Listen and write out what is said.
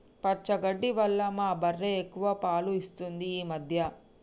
పచ్చగడ్డి వల్ల మా బర్రె ఎక్కువ పాలు ఇస్తుంది ఈ మధ్య